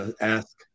Ask